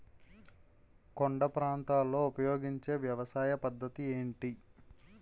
కొండ ప్రాంతాల్లో ఉపయోగించే వ్యవసాయ పద్ధతి ఏంటి?